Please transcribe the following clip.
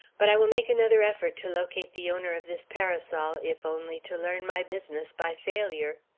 but i will make another effort to locate the owner of this parasol, if only to learn my business by failure.